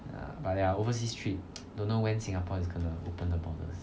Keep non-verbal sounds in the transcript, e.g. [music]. ya but ya overseas trip [noise] don't know when singapore is going to open the borders